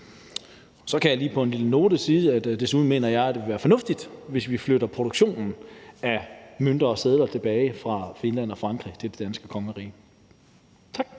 Så kan jeg lige i en lille sidebemærkning sige, at jeg desuden mener, det vil være fornuftigt, hvis vi flytter produktionen af mønter og sedler tilbage fra Finland og Frankrig til det danske kongerige. Tak.